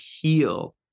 heal